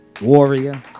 warrior